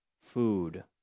food